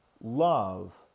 Love